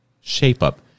shape-up